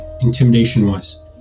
intimidation-wise